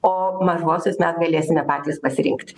o mažuosius na galėsime patys pasirinkti